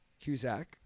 Cusack